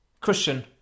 Christian